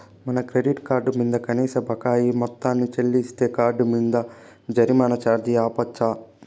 మన credit card మింద కనీస బకాయి మొత్తాన్ని చెల్లిస్తే కార్డ్ మింద జరిమానా ఛార్జీ ఆపచ్చు